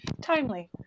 timely